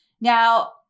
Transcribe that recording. Now